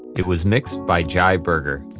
it was mixed by jai berger.